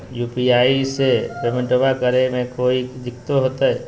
UPI से पेमेंटबा करे मे कोइ दिकतो होते?